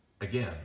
again